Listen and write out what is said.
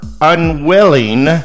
unwilling